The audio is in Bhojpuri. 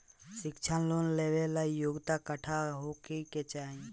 शिक्षा लोन लेवेला योग्यता कट्ठा होए के चाहीं?